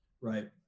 Right